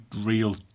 real